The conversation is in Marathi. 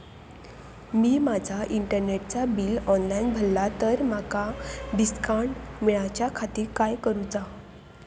मी माजा इंटरनेटचा बिल ऑनलाइन भरला तर माका डिस्काउंट मिलाच्या खातीर काय करुचा?